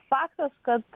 faktas kad